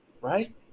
right